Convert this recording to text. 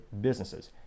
businesses